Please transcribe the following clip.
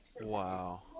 Wow